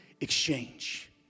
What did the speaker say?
exchange